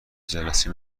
جلسه